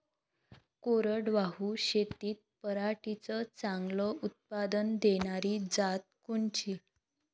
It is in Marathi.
कोरडवाहू शेतीत पराटीचं चांगलं उत्पादन देनारी जात कोनची?